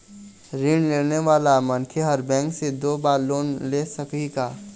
ऋण लेने वाला मनखे हर बैंक से दो बार लोन ले सकही का?